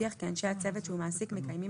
שתבטיח כי אנשי הצוות שהוא מעסיק מקיימים